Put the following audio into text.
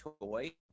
toy